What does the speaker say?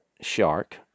shark